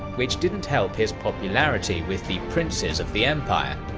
which didn't help his popularity with the princes of the empire.